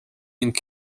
ning